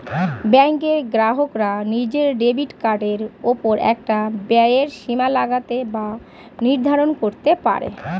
ব্যাঙ্কের গ্রাহকরা নিজের ডেবিট কার্ডের ওপর একটা ব্যয়ের সীমা লাগাতে বা নির্ধারণ করতে পারে